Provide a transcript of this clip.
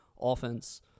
offense